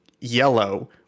Yellow